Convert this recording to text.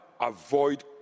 avoid